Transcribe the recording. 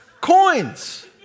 coins